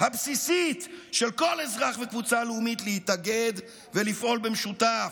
הבסיסית של כל אזרח בקבוצה הלאומית להתאגד ולפעול במשותף,